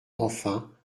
enfin